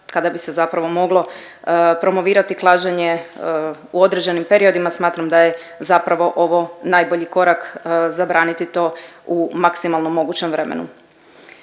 kada bi se zapravo moglo promovirati klađenje u određenim periodima, smatram da je zapravo ovo najbolji korak zabraniti to u maksimalno mogućem vremenu.